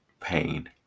pain